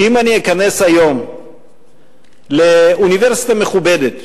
שאם אני אכנס היום לאוניברסיטה מכובדת,